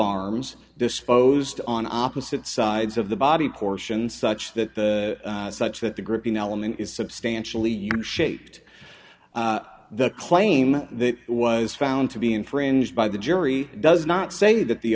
arms disposed on opposite sides of the body portions such that such that the gripping element is substantially shaped the claim that was found to be infringed by the jury does not say that the